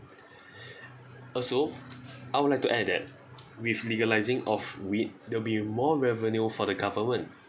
also I would like to add that with legalising of weed there will be more revenue for the government